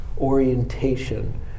orientation